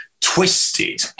twisted